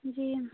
जी